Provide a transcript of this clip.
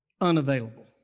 unavailable